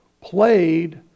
played